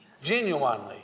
genuinely